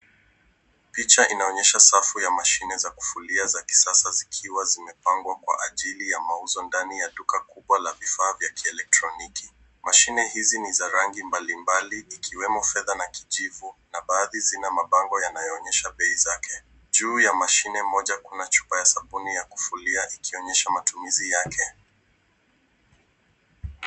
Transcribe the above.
Picha inaonyesha safu ya mashine za kufulia za kisasa zikiwa zimepangwa kwa ajili ya mauzo ndani ya duka kubwa la vifaa vya kielektroniki. Mashine hizi ni za rangi mbalimbali ikiwemo fedha na kijivu na baadhi zina mabango yanayoonyesha bei zake. Juu ya mashine moja kuna chupa ya sabuni ya kufulia ikionyesha matumizi yake.